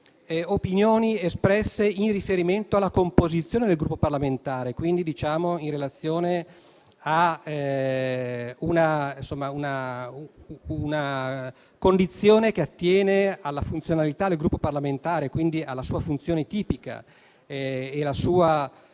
opinioni espresse in riferimento alla composizione del Gruppo parlamentare, quindi in relazione a una condizione che attiene alla funzionalità del Gruppo parlamentare, alla sua funzione tipica e alla sua